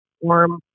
warm